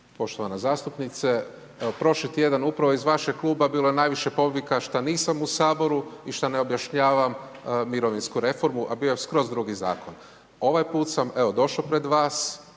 Poštovana zastupnice, evo prošli tjedan upravo iz vašeg kluba bilo je najviše povika šta nisam u Saboru i šta ne objašnjavam mirovinsku reformu, a bio je skroz drugi zakon. Ovaj put sam evo, došao pred vas,